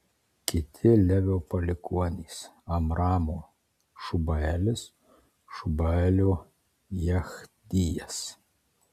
kiti levio palikuonys amramo šubaelis šubaelio jechdijas